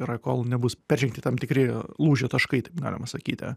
yra kol nebus peržengti tam tikri lūžio taškai taip galima sakyti